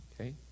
okay